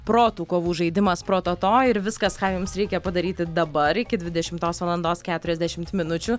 protų kovų žaidimas prototo ir viskas ką jums reikia padaryti dabar iki dvidešimtos valandos keturiasdešimt minučių